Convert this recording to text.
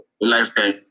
lifetime